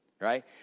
Right